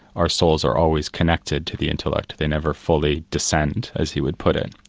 our souls are always connected to the intellect. they never fully descend as he would put it.